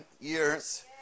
years